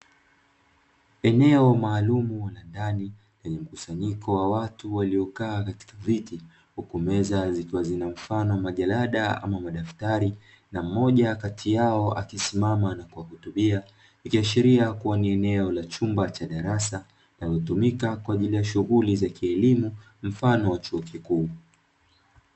Eneo maalumu la ndani, lenye mkusanyiko wa watu waliokaa katika viti, huku meza zikiwa zina mfano wa majalada ama madaftari na mmoja kati yao akisimama na kuwahutubia; ikiashiria kuwa ni eneo la chumba cha darasa linalotumika kwa ajili ya shughuli za kielimu mfano wa chuo kikuu.